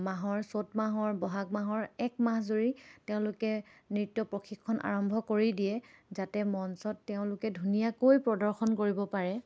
মাহৰ চ'ত মাহৰ বহাগ মাহৰ এক মাহ জুৰি তেওঁলোকে নৃত্য প্ৰশিক্ষণ আৰম্ভ কৰি দিয়ে যাতে মঞ্চত তেওঁলোকে ধুনীয়াকৈ প্ৰদৰ্শন কৰিব পাৰে